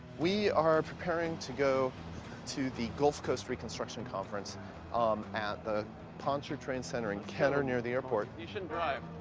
we are preparing to go to the gulf coast reconstruction conference um at the pontchartrain center in kenner near the airport. you shouldn't drive.